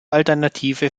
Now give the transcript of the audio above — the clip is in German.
alternative